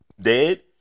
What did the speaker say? dead